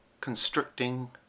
constricting